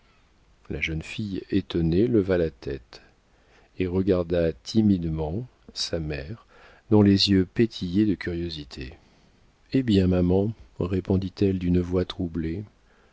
la jeune fille étonnée leva la tête et regarda timidement sa mère dont les yeux pétillaient de curiosité hé bien maman répondit-elle d'une voix troublée